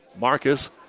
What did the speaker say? Marcus